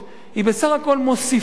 היא בסך הכול מוסיפה קריטריון.